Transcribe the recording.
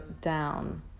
down